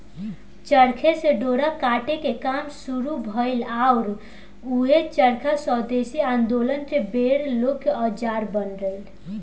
चरखे से डोरा काटे के काम शुरू भईल आउर ऊहे चरखा स्वेदेशी आन्दोलन के बेर लोग के औजार बन गईल